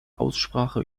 aussprache